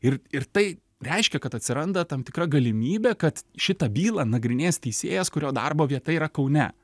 ir ir tai reiškia kad atsiranda tam tikra galimybė kad šitą bylą nagrinėjęs teisėjas kurio darbo vieta yra kaune